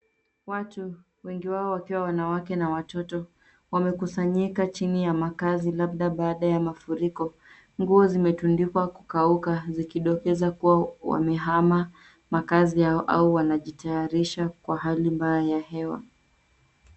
Watu wengi wao wakiwa wanawake na watoto wamekusanyika chini ya makazi labda baada ya mafuriko. Nguo zimetundikwa kukauka zikidokeza kuwa wamehama makazi yao au wanajitayarisha kwa hali mbaya ya hewa.